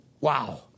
wow